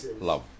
love